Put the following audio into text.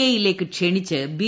A യിലേയ്ക്ക് ക്ഷണിച്ച് B